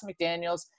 McDaniels